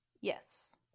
Yes